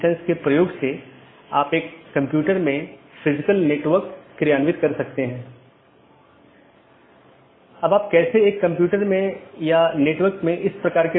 OSPF और RIP का उपयोग AS के माध्यम से सूचना ले जाने के लिए किया जाता है अन्यथा पैकेट को कैसे अग्रेषित किया जाएगा